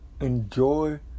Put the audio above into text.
enjoy